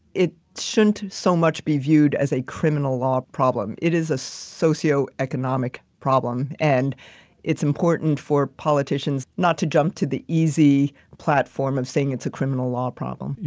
it shouldn't so much be viewed as a criminal law problem. it is a socio-economic problem. and it's important for politicians not to jump to the easy platform of saying it's a criminal law problem. you